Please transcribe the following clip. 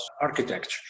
architecture